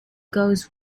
goes